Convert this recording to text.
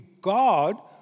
God